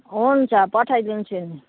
हुन्छ पठाइदिन्छु